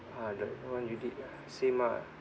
ah the one you did ah same ah